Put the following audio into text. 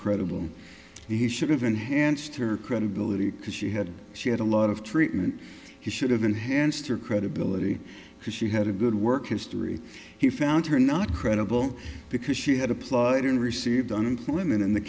credible he should have enhanced her credibility because she had she had a lot of treatment he should have enhanced her credibility because she had a good work history he found her not credible because she had applied and received unemployment and the